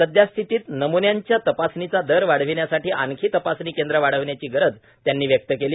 सदयस्थितीत नमुन्यांच्या तपासणीचा दर वाढण्यासाठी आणखी तपासणी केंद्र वाढवण्याची गरज त्यांनी व्यक्त केली